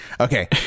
Okay